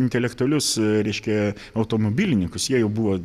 intelektualius reiškia automobilininkus jie jau buvo